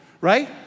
Right